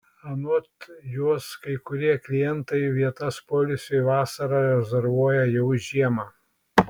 anot jos kai kurie klientai vietas poilsiui vasarą rezervuoja jau žiemą